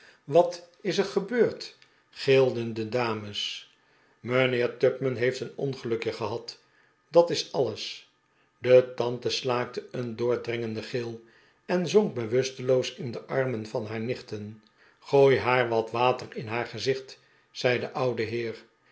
wat is er gebeurd gilden de dames mijnheer tupman heeft een ongelukje gehad dat is alles de tante slaakte een doordringenden gil en zonk bewusteloos in de armen van haar nichten gooi haar wat water in haar gezicht zei de oude heer